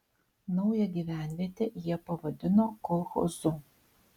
naują gyvenvietę jie pavadino kolchozu